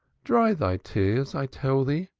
dry thy tears, i tell thee,